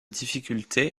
difficulté